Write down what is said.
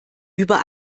über